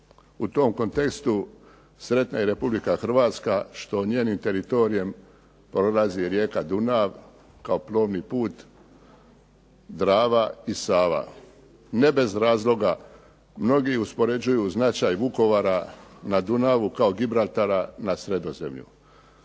U tom kontekstu sretna je i RH što njenim teritorijem prolazi rijeka Dunav kao plovni put, Drava i Sava. Ne bez razloga, mnogi uspoređuju značaj Vukovara na Dunavu kao Gibraltara na Sredozemlju.